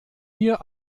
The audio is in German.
wir